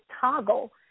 toggle